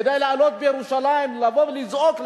כדי לעלות לירושלים, לבוא ולזעוק,